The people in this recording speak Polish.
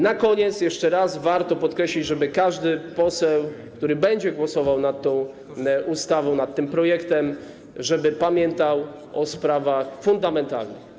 Na koniec jeszcze raz warto podkreślić, żeby każdy poseł, który będzie głosował nad tą ustawą, nad tym projektem, żeby pamiętał o sprawach fundamentalnych.